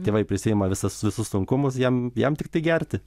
tėvai prisiima visas visus sunkumus jam jam tiktai gerti